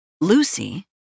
Lucy